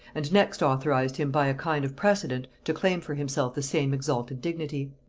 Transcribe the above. and next authorized him by a kind of precedent to claim for himself the same exalted dignity.